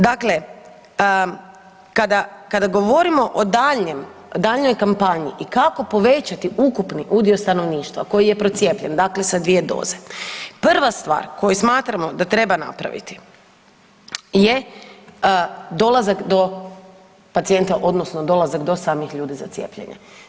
Dakle, kada govorimo o daljnjoj kampanji i kako povećati ukupni udio stanovništva koji je procijepljen, dakle sa 2 doze, prva stvar koju smatramo da treba napraviti je dolazak do pacijenta odnosno do samih ljudi za cijepljenje.